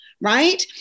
Right